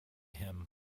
him